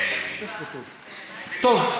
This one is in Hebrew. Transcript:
טוב,